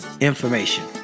information